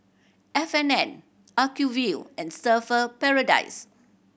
F and N Acuvue and Surfer Paradise